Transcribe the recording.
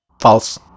False